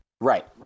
Right